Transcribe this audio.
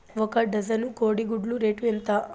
ఒక డజను కోడి గుడ్ల రేటు ఎంత?